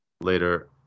later